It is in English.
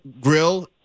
Grill